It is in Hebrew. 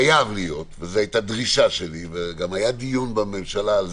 חייב להיות וזו הייתה דרישה שלי וגם היה דיון בממשלה,